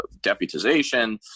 deputization